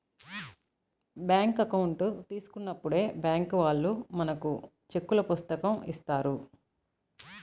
bank account తీసుకున్నప్పుడే bank వాళ్ళు మనకు చెక్కుల పుస్తకం ఇత్తారు